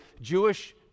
Jewish